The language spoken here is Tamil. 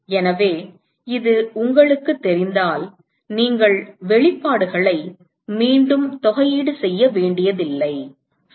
எனவே இது உங்களுக்குத் தெரிந்தால் நீங்கள் வெளிப்பாடுகளை மீண்டும் தொகையீடு செய்ய வேண்டியதில்லை